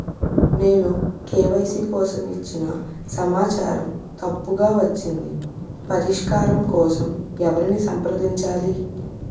నేను కే.వై.సీ కోసం ఇచ్చిన సమాచారం తప్పుగా వచ్చింది పరిష్కారం కోసం ఎవరిని సంప్రదించాలి?